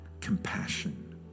compassion